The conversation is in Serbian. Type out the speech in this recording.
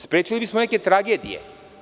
Sprečili bismo neke tragedije.